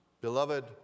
Beloved